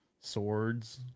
Swords